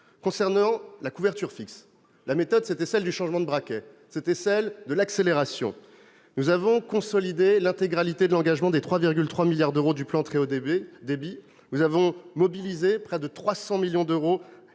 Concernant la couverture fixe, la méthode était celle du changement de braquet, de l'accélération. Nous avons consolidé l'intégralité de l'engagement des 3,3 milliards d'euros du plan France Très haut débit. Nous avons mobilisé près de 300 millions d'euros,